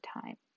time